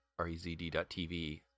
rezd.tv